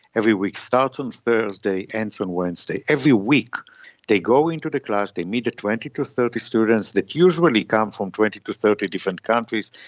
every week starts on thursday ends on wednesday. every week they go into the class, they meet the twenty to thirty students that usually come from twenty to thirty different countries,